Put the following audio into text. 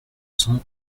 cent